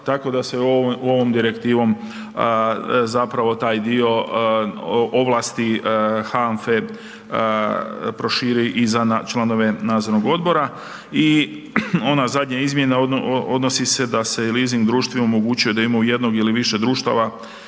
tako da se ovom direktivom zapravo taj dio ovlasti HANFE prošire i za na članove nadzornog odbora. I ona zadnja izmjena odnosi se da se leasing društvu omogućuje da ima u jednog ili više društava